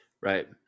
Right